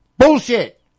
Bullshit